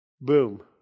Boom